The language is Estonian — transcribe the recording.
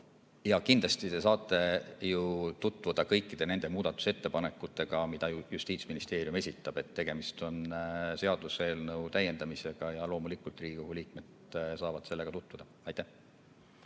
Jaa, kindlasti! Te saate ju tutvuda kõikide muudatusettepanekutega, mis Justiitsministeerium esitab. Tegemist on seaduseelnõu täiendamisega ja loomulikult Riigikogu liikmed saavad sellega tutvuda. Jaa,